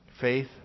Faith